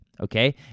Okay